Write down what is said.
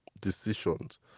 decisions